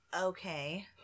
Okay